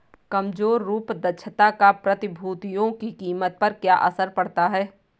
कमजोर रूप दक्षता का प्रतिभूतियों की कीमत पर क्या असर पड़ता है?